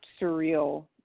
surreal